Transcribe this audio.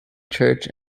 church